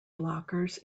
blockers